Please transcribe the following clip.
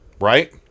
Right